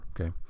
okay